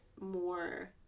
more